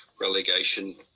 relegation